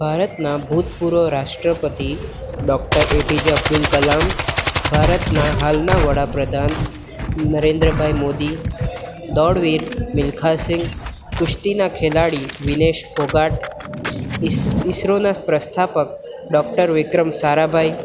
ભારતના ભૂતપૂર્વ રાષ્ટ્રપતિ ડૉક્ટર એપીજે અબ્દુલ કલામ ભારતના હાલના વડાપ્રધાન નરેન્દ્રભાઈ મોદી દોડવીર મિલ્ખાસિંઘ કુશ્તીના ખેલાડી વીનેશ ફોગાટ ઇસ ઇસરોના પ્રસ્થાપક ડૉક્ટર વિક્રમ સારાભાઈ